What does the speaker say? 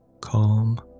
Calm